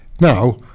Now